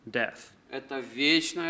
death